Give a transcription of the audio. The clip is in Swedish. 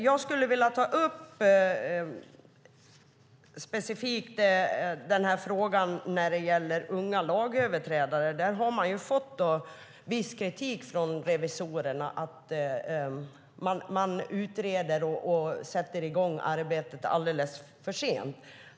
Jag skulle vilja specifikt ta upp frågan om unga lagöverträdare. Man har fått viss kritik från revisorerna för att man utreder och sätter i gång arbetet alldeles för sent.